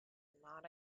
not